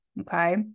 okay